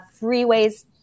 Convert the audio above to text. freeways